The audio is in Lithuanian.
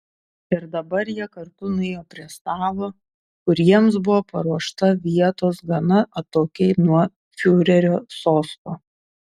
ir dabar jie kartu nuėjo prie stalo kur jiems buvo paruošta vietos gana atokiai nuo fiurerio sosto